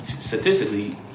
Statistically